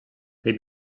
they